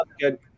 good